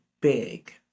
big